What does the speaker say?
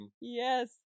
Yes